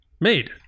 made